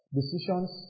Decisions